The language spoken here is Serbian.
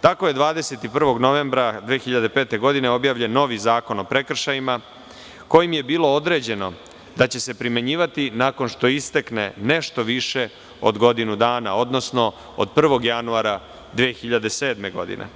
Tako je 21. novembra 2005. godine objavljen novi Zakon o prekršajima kojim je bilo određeno da će se primenjivati nakon što istekne nešto više od godinu dana, odnosno od 01. januara 2007. godine,